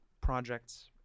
projects